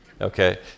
Okay